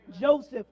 Joseph